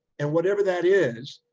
and whatever that is,